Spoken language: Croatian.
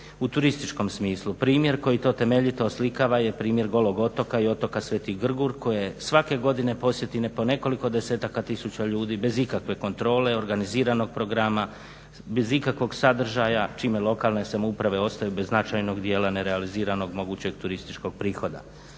u turističkom smisli. Primjer koji to temeljito oslikava je primjer Golog otoka i otoka Sveti Grgur koje svake godine posjeti po nekoliko desetaka tisuća ljudi bez ikakve kontrole, organiziranog programa, bez ikakvog sadržaja čime lokalne samouprave ostaju bez značajnog dijela nerealiziranog mogućeg turističkog prihoda.